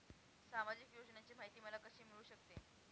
सामाजिक योजनांची माहिती मला कशी मिळू शकते?